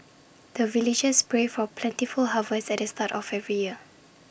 the villagers pray for plentiful harvest at the start of every year